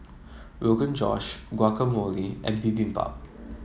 Rogan Josh Guacamole and Bibimbap